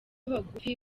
bagufi